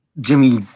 jimmy